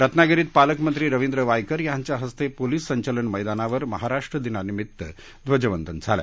रत्नागिरीत पालकमंत्री रवींद्र वायकर यांच्या हस्ते पोलीस संचलन मैदानावर महाराष्ट्र दिनानिमित्तानं ध्वजवंदन झालं